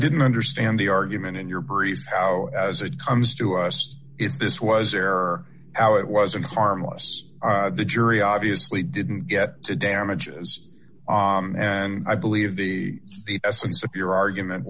didn't understand the argument in your brief how as it comes to us if this was error our it wasn't harmless the jury obviously didn't get the damages and i believe the essence of your argument